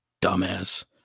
dumbass